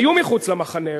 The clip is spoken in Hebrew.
היו מחוץ למחנה,